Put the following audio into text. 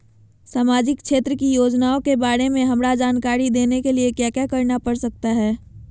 सामाजिक क्षेत्र की योजनाओं के बारे में हमरा जानकारी देने के लिए क्या क्या करना पड़ सकता है?